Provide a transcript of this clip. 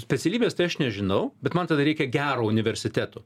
specialybės tai aš nežinau bet man tada reikia gero universiteto